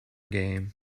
game